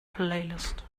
playlist